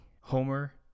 Homer